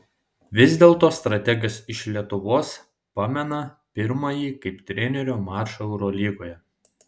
vis dėlto strategas iš lietuvos pamena pirmąjį kaip trenerio mačą eurolygoje